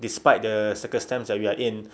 despite the circumstance that we are in